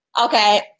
Okay